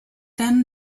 then